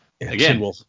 Again